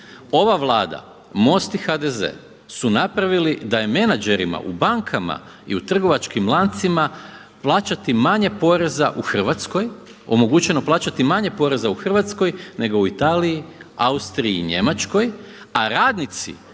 Ova Vlada MOST i HDZ su napravili da je menadžerima u bankama i u trgovačkim lancima plaćati manje poreza u Hrvatskoj omogućeno plaćati manje poreza u Hrvatskoj nego u Italiji, Austriji i Njemačkoj a radnici